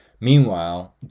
Meanwhile